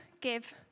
give